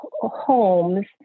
homes